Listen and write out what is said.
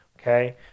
Okay